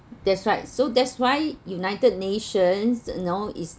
that's right so that's why united nations you know is